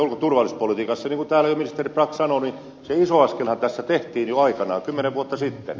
niin kuin täällä ministeri brax sanoi se iso askelhan tässä tehtiin jo aikanaan kymmenen vuotta sitten